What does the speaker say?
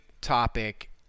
topic